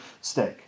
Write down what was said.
steak